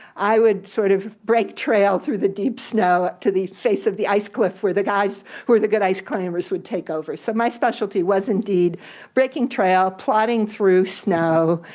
i would sort of break trail through the deep snow to the face of the ice cliff where the guys who were the good ice climbers would take over. so my specialty was indeed breaking trail, plodding through snow,